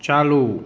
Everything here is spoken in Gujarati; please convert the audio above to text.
ચાલુ